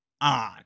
on